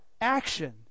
action